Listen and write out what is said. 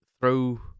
throw